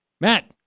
Matt